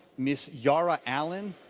miss yara allen.